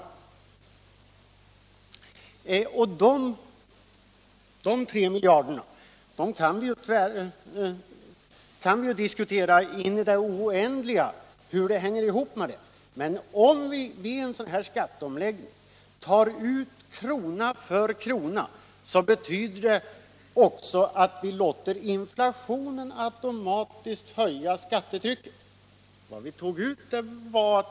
Hur det hänger ihop med de tre miljarderna kan vi diskutera i det oändliga. Men om vi vid en sådan här skatteomläggning tar ut krona för krona, så betyder det också att vi låter inflationen automatiskt höja skattetrycket.